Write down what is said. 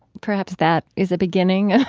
perhaps that is a beginning.